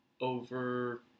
over